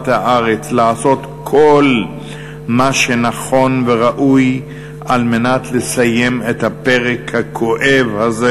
הארץ לעשות כל מה שנכון וראוי כדי לסיים את הפרק הכואב הזה,